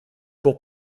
pour